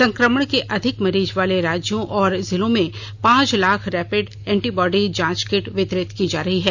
संक्रमण के अधिक मरीज वाले राज्यों और जिलों में पांच लाख रैपिड एंटीबॉडी जांच किट वितरित की जा रही हैं